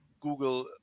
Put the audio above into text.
Google